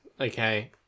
Okay